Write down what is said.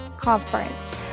conference